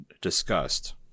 discussed